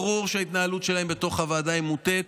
ברור שההתנהלות שלהם בתוך הוועדה היא מוטית,